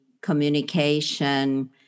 communication